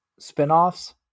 spinoffs